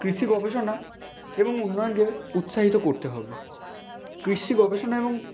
কৃষি গবেষণা এবং উন্নয়নকে উৎসাহিত করতে হবে কৃষি গবেষণা এবং